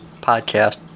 podcast